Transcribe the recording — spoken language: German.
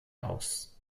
aus